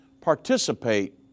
participate